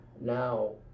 Now